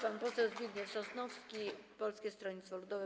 Pan poseł Zbigniew Sosnowski, Polskie Stronnictwo Ludowe.